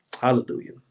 Hallelujah